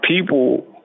people